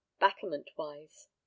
battlement-wise